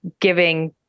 giving